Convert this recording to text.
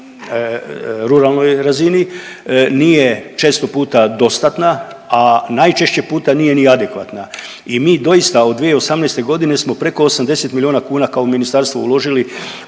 na ruralnoj razini nije često puta dostatna, a najčešće puta nije ni adekvatna i mi doista od 2018.g. smo preko 80 milijuna kuna kao ministarstvo uložili